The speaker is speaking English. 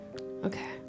Okay